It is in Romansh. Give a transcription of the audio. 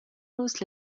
nus